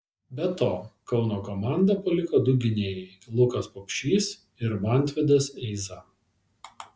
be to kauno komandą paliko du gynėjai lukas pupšys ir mantvydas eiza